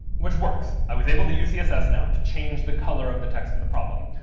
which works. i was able to use css now to change the color of the text of the problem,